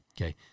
Okay